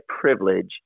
privilege